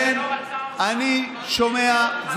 אני שומע,